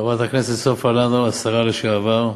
חברת הכנסת סופה לנדבר, השרה לשעבר,